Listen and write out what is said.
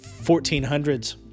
1400s